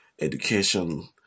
education